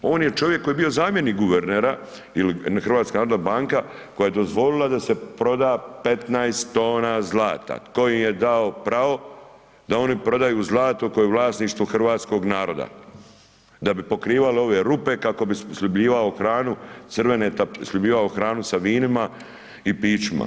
On je čovjek koji je bio zamjenik guvernera ili HNB koja je dozvolila da se proda 15 tona zlata, tko im je dao pravo da oni prodaju zlato koje je u vlasništvu hrvatskog naroda da bi pokrivali ove rupe kako bi sljubljivao hranu, crvene, sljubljivao hranu sa vinima i pićima.